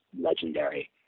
legendary